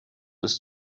des